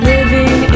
Living